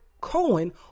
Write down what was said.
cohen